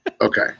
Okay